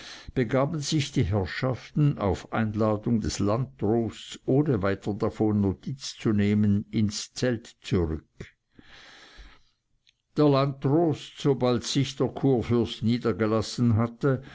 begaben sich die herrschaften auf die einladung des landdrosts ohne weiter davon notiz zu nehmen ins zelt zurück der landdrost sobald sich der kurfürst niedergelassen hatte